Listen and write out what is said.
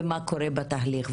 ומה קורה בתהליך.